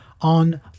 on